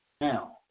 Now